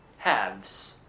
halves